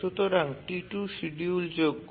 সুতরাং T2 শিডিউলযোগ্য